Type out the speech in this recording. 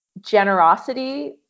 generosity